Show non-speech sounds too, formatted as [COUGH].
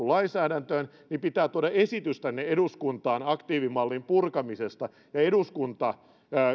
[UNINTELLIGIBLE] lainsäädäntöön niin pitää tuoda esitys tänne eduskuntaan aktiivimallin purkamisesta ja eduskunta